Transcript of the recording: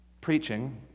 Preaching